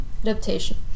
adaptation